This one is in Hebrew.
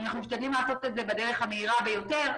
משתדלים לעשות את זה בדרך המהירה ביותר.